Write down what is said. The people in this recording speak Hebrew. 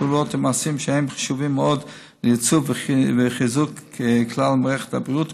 פעולות ומעשים שהם חשובים מאוד לייצוב ולחיזוק של כלל מערכת הבריאות,